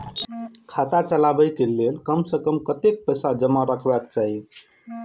खाता चलावै कै लैल कम से कम कतेक पैसा जमा रखवा चाहि